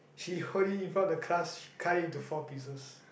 she hold it in front of the class she cut it into four pieces